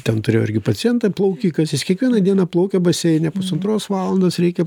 ten turėjau irgi pacientą plaukikas jis kiekvieną dieną plaukia baseine pusantros valandos reikia